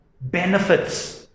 benefits